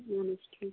اَہن حظ ٹھیٖک